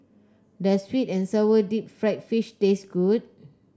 does sweet and sour Deep Fried Fish taste good